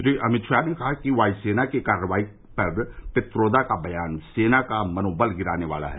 श्री अमित शाह ने कहा कि वायु सेना की कार्रवाई पर पित्रोदा का बयान सेना का मनोबल गिराने वाला है